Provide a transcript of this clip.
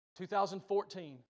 2014